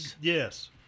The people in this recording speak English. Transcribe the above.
Yes